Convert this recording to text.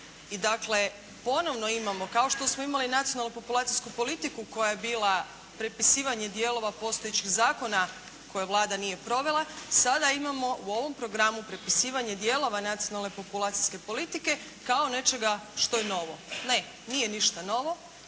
I dakle ponovno imamo kao što imali Nacionalnu populacijsku politiku koja je bila prepisivanje dijelova postojećih zakona koje Vlada nije provela, sada imamo u ovom programu prepisivanje dijelova Nacionalne populacijske politike kao nečega što je novo. Ne. Nije ništa novo.